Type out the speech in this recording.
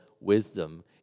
wisdom